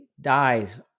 dies